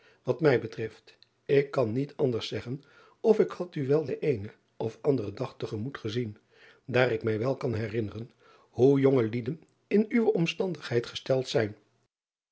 at mij betreft ik kan niet anders zeggen of ik had u wel den eenen of anderen dag te gemoet gezien daar ik mij wel kan herinneren hoe jonge lieden in uwe omstandigheid gesteld zijn